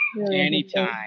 Anytime